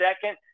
second